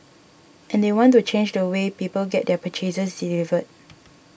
and they want to change the way people get their purchases delivered